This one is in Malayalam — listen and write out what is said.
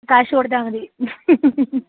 കാശ് കൊടുത്താൽ മതി